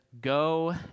go